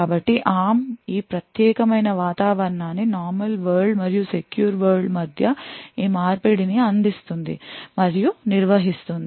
కాబట్టి ARM ఈ ప్రత్యేకమైన వాతావరణాన్ని నార్మల్ వరల్డ్ మరియు సెక్యూర్ వరల్డ్ మధ్య ఈ మార్పిడిని అందిస్తుంది మరియు నిర్వహిస్తుంది